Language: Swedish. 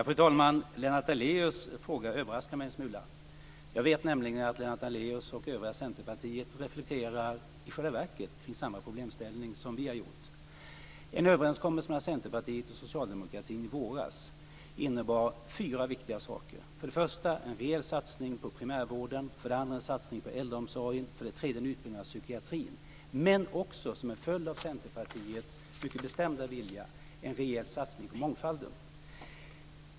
Fru talman! Lennart Daléus överraskar mig en smula. Jag vet att Lennart Daléus och övriga i Centerpartiet i själva verket reflekterar över samma problemställning som vi har gjort. Socialdemokraterna i våras innebar fyra viktiga saker. För det första var det en rejäl satsning på primärvården. För det andra var det en satsning på äldreomsorgen. För det tredje var det en utbyggnad av psykiatrin. För det fjärde, som en följd av Centerpartiets mycket bestämda vilja, var det en rejäl satsning på mångfalden.